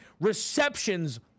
reception's